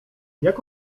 jak